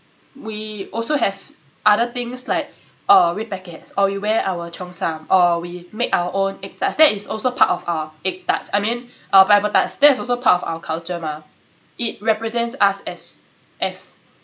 we also have other things like uh red packets or we wear our cheongsam or we make our own egg tarts that is also part of our egg tarts I mean pineapple tarts that's also part of our culture mah it represents us as as